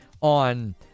on